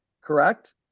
Correct